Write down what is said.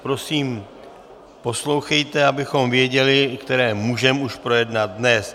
Prosím, poslouchejte, abychom věděli, které můžeme už projednat dnes.